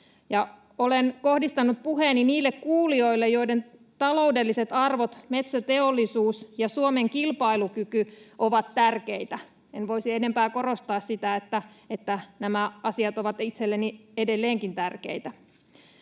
olen kohdistanut puheeni ”niille kuulijoille, joille taloudelliset arvot, metsäteollisuus ja Suomen kilpailukyky ovat tärkeitä”. En voisi enempää korostaa sitä, että nämä asiat ovat itselleni edelleenkin tärkeitä.